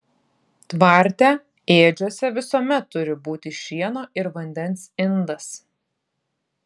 tvarte ėdžiose visuomet turi būti šieno ir vandens indas